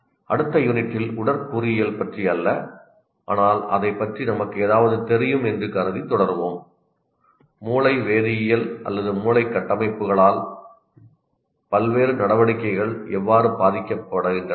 அடுத்த யூனிட்டில் உடற்கூறியல் பற்றி அல்ல ஆனால் அதைப் பற்றி நமக்கு ஏதாவது தெரியும் என்று கருதி தொடருவோம் மூளை வேதியியல் அல்லது மூளை கட்டமைப்புகளால் வெவ்வேறு நடவடிக்கைகள் எவ்வாறு பாதிக்கப்படுகின்றன என்று